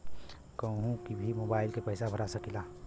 कन्हू भी मोबाइल के पैसा भरा सकीला?